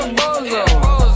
bozo